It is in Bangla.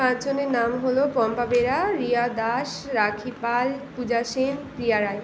পাঁচজনের নাম হলো পম্পা বেরা রিয়া দাস রাখি পাল পূজা সেন রিয়া রায়